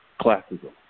classism